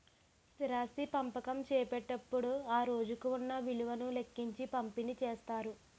స్థిరాస్తి పంపకం చేపట్టేటప్పుడు ఆ రోజుకు ఉన్న విలువను లెక్కించి పంపిణీ చేస్తారు